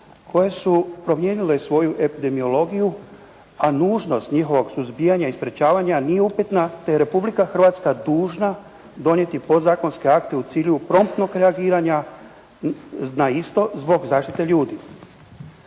koje su promijenile svoju epidemiologiju, a nužnost njihovog suzbijanja i sprječavanja nije upitna te je Republika Hrvatska dužna donijeti podzakonske akte u cilju promptnog reagiranja na isto zbog zaštite ljudi.